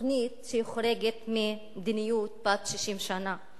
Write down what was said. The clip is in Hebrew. תוכנית שהיא חורגת ממדיניות בת 60 שנה.